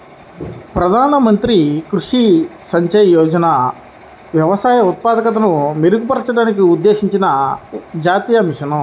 ప్రధాన మంత్రి కృషి సించాయ్ యోజన వ్యవసాయ ఉత్పాదకతను మెరుగుపరచడానికి ఉద్దేశించిన జాతీయ మిషన్